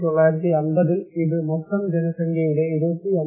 1950 ൽ ഇത് മൊത്തം ജനസംഖ്യയുടെ 29